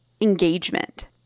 engagement